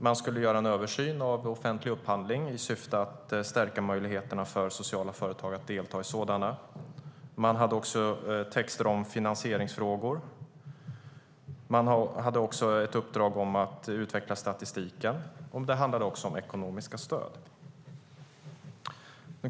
Man skulle göra en översyn av offentlig upphandling i syfte att stärka möjligheterna för sociala företag att delta i sådana. Man hade också texter om finansieringsfrågor och ett uppdrag att utveckla statistiken. Det handlade även om ekonomiska stöd.